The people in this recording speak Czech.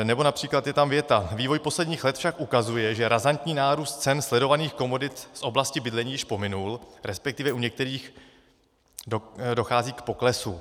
Nebo například je tam věta: Vývoj posledních let však ukazuje, že razantní nárůst cen sledovaných komodit z oblasti bydlení již pominul, respektive u některých dochází k poklesu.